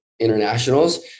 internationals